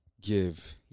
give